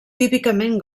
típicament